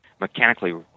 mechanically